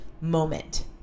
moment